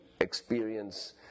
experience